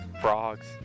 frogs